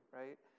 right